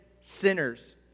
sinners